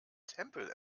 tempel